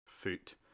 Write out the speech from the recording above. foot